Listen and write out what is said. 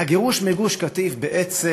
הגירוש מגוש-קטיף בעצם